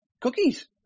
cookies